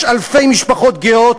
יש אלפי משפחות גאות,